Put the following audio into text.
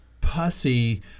pussy –